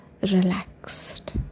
relaxed